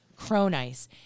Cronice